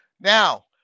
Now